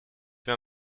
were